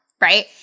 right